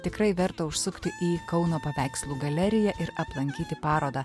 tikrai verta užsukti į kauno paveikslų galeriją ir aplankyti parodą